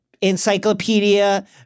encyclopedia